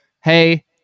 hey